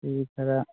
ꯁꯤ ꯈꯔ